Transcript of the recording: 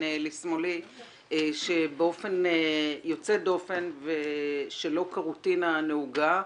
באופן יוצא דופן ולא כרוטינה הנהוגה,